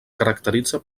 caracteritza